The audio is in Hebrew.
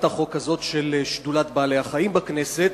החוק הזאת של שדולת בעלי-החיים בכנסת,